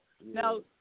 now